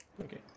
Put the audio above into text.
Okay